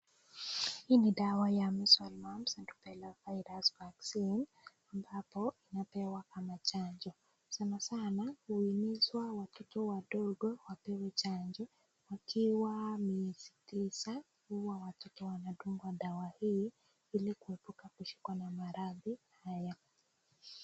Hii ni dawa ya Measles, Mumps, and Rubella Virus Vaccine ambapo inapewa kama chanjo. Sanasana, huimizwa watoto wadogo wapewe chanjo wakiwa miezi tisa. Huwa watoto wanadungwa dawa hii ili kuepuka kushikwa na maradhi haya.